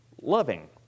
Loving